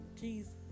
Jesus